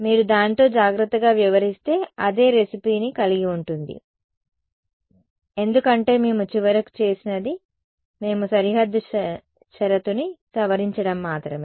మీరు దానితో జాగ్రత్తగా వ్యవహరిస్తే అదే రెసిపీ ని కలిగి ఉంటుంది ఎందుకంటే మేము చివరకు చేసినది మేము సరిహద్దు షరతు ని సవరించడం మాత్రమే